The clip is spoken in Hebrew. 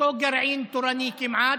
אותו גרעין תורני כמעט,